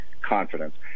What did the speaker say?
confidence